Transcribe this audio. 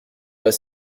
pas